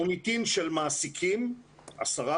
מוניטין של מעסיקים 10%,